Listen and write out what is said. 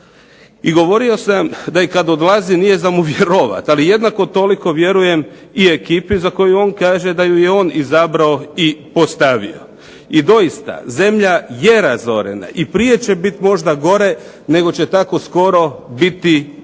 I govorio sam da i kad odlazi nije za mu vjerovati. Ali jednako toliko vjerujem i ekipi za koju on kaže da ju je on izabrao i postavio. I doista, zemlja je razorena i prije će biti možda gore nego će tako skoro biti bolje.